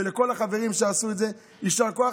ולכל החברים שעשו את זה, יישר כוח.